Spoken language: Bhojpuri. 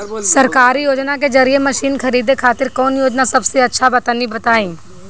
सरकारी योजना के जरिए मशीन खरीदे खातिर कौन योजना सबसे अच्छा बा तनि बताई?